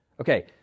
Okay